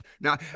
Now